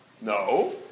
No